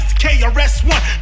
KRS-One